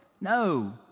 No